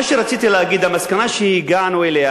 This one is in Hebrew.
מה שרציתי להגיד, המסקנה שהגענו אליה